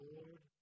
Lord